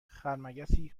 خرمگسی